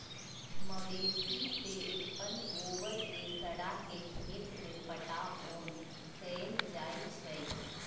मवेशी से उत्पन्न गोबर के सड़ा के खेत में पटाओन कएल जाइ छइ